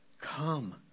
Come